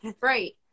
Right